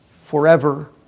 forever